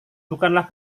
bukanlah